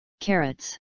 carrots